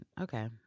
Okay